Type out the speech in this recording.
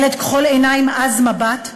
ילד כחול עיניים עז מבט,